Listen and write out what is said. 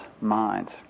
minds